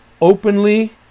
openly